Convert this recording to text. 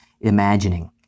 imagining